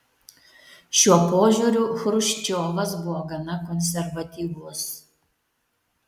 šiuo požiūriu chruščiovas buvo gana konservatyvus